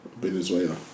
Venezuela